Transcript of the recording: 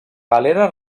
galera